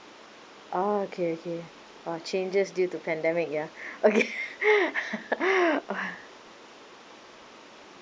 oh okay okay !wow! changes due to pandemic ya okay